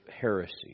heresy